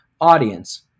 audience